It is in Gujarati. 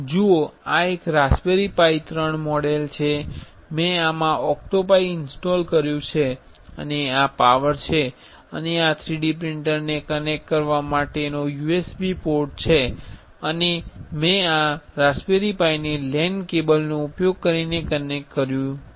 જુઓ આ એક રાસબેરિ પાઇ 3 મોડેલ છે મેં આમાં ઓક્ટોપાઇ ઇન્સ્ટોલ કર્યું છે અને આ પાવર છે અને આ 3D પ્રિંટરને કનેક્ટ કરવા માટેનો USB પોર્ટ છે અને મેં આ રાસબેરિ પાઇને LAN કેબલ નો ઉપયોગ કરીને કનેક્ટ કર્યું છે